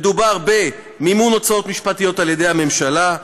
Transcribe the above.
מדובר במימון הוצאות משפטיות על ידי הממשלה.